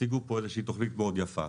והציגו פה איזו שהיא תוכנית מאוד יפה.